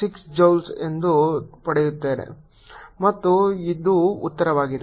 0 joule ಎಂದು ಹೊಡೆಯುತ್ತೇನೆ ಮತ್ತು ಅದು ಉತ್ತರವಾಗಿದೆ